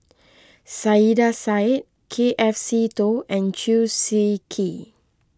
Saiedah Said K F Seetoh and Chew Swee Kee